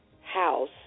house